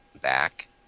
back